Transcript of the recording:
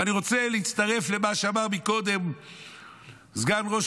ואני רוצה להצטרף למה שאמר קודם סגן ראש